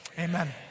amen